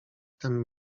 tem